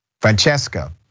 Francesca